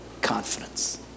confidence